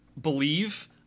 believe